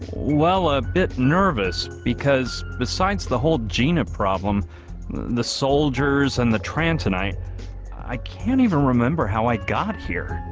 well a bit nervous because besides the whole gina problem the soldiers and the tran tonight i can't even remember how i got here.